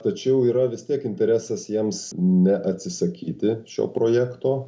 tačiau yra vis tiek interesas jiems neatsisakyti šio projekto